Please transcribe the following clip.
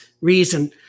reason